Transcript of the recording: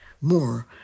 more